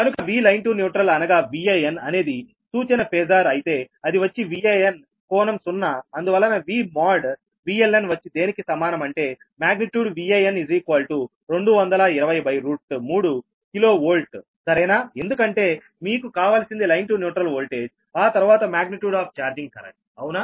కనుక V line to neutral అనగా Van అనేది సూచన ఫేజార్ అయితే అది వచ్చి Van కోణం 0 అందువలన V mod |VLN | వచ్చి దేనికి సమానం అంటే మాగ్నిట్యూడ్ Van 2203 కిలో వోల్ట్ సరేనా ఎందుకంటే మీకు కావలసింది లైన్ టు న్యూట్రల్ వోల్టేజ్ ఆ తరవాత మాగ్నిట్యూడ్ ఆఫ్ ఛార్జింగ్ కరెంట్ అవునా